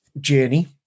journey